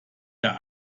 der